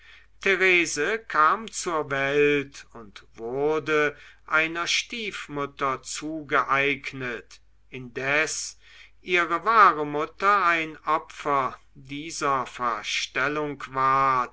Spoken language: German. therese kam zur welt und wurde einer stiefmutter zugeeignet indes ihre wahre mutter ein opfer dieser verstellung ward